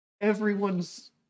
everyone's